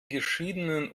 geschiedenen